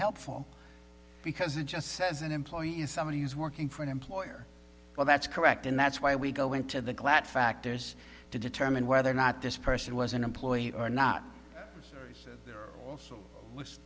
helpful because it just says an employee is somebody who's working for an employer well that's correct and that's why we go into the glatt factors to determine whether or not this person was an employee or not